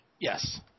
Yes